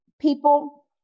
People